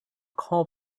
call